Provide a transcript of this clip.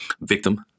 victim